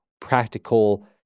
practical